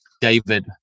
David